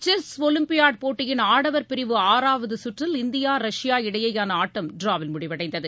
chess olympiad போட்டியின் ஆடவர் பிரிவு ஆறாவதுகற்றில் இந்தியா ரஷ்யா இடையேயானஆட்டம் ட்ராவில் முடிவடைந்தது